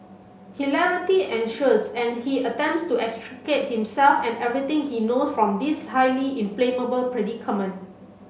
hilarity ensures and he attempts to extricate himself and everything he know from this highly inflammable predicament